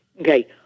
Okay